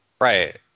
Right